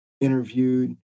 interviewed